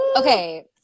Okay